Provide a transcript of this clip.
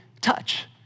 touch